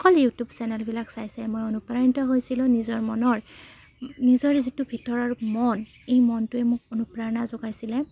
অকল ইউটিউব চেনেলবিলাক চাই চাই মই অনুপ্ৰাণিত হৈছিলোঁ নিজৰ মনৰ নিজৰে যিটো ভিতৰৰ মন এই মনটোৱে মোক অনুপ্ৰেৰণা যোগাইছিলে